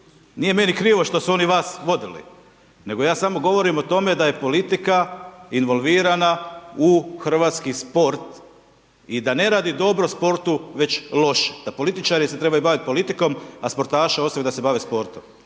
nije meni krivo što su oni vas vodili, nego ja samo govorimo o tome da je politika involvirana u hrvatski sport i da ne radi dobro sportu, već loše, da političari se trebaju baviti politikom, a sportaše ostaviti da se bave sportom.